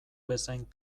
bezain